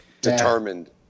determined